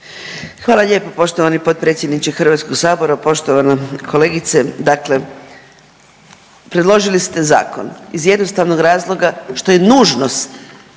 Hvala lijepa poštovani potpredsjedniče Hrvatskog sabora. Poštovana kolegice, dakle predložili ste zakon iz jednostavnog razloga što je nužnost